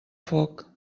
foc